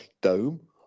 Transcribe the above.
dome